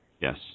Yes